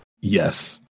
Yes